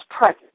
present